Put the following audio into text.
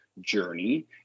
journey